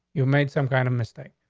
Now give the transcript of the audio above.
you made some kind of mistake.